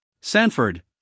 Sanford